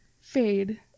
fade